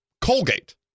Colgate